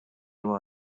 was